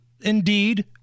indeed